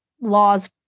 laws